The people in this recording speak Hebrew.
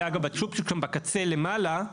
הצ'ופצ'יק שם בקצה למעלה,